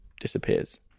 disappears